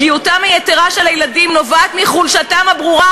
פגיעותם היתרה של הילדים נובעת מחולשתם הברורה"